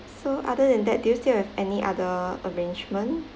so other than that do you still have any other arrangement